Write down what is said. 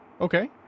okay